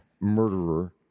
murderer